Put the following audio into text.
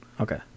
Okay